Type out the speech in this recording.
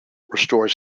restores